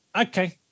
okay